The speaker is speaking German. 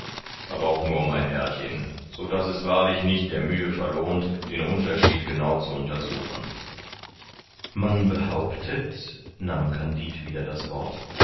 aber auch nur um ein härchen so daß es wahrlich nicht der mühe verlohnt den unterschied genau zu untersuchen man behauptet nahm kandid wieder das wort